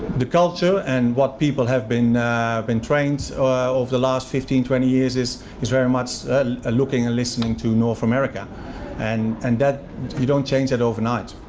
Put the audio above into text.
the culture and what people have been been trained over the last fifteen, twenty years is is very much ah looking and listening to north america and and that you don't change that overnight,